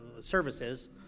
services